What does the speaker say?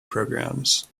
programs